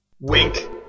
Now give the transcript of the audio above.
Wink